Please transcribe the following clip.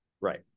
Right